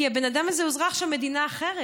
כי הבן אדם הזה הוא אזרח של מדינה אחרת